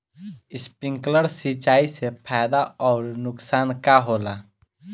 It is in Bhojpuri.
स्पिंकलर सिंचाई से फायदा अउर नुकसान का होला?